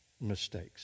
mistakes